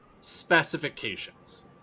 specifications